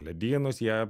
ledynus jie